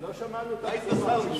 לא שמענו את הבשורה.